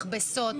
מכבסות,